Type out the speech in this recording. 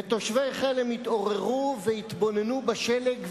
ותושבי חלם התעוררו והתבוננו בשלג ונפעמו.